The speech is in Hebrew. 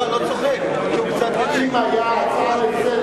לא, אני לא צוחק, אם היתה הצעה לסדר